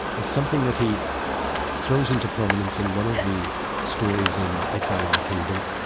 is something that he throws into prominence in one of the stories in exile in the kingdom.